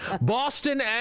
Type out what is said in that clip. Boston